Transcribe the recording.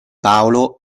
paolo